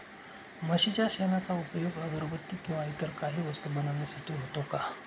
म्हशीच्या शेणाचा उपयोग अगरबत्ती किंवा इतर काही वस्तू बनविण्यासाठी होतो का?